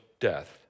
death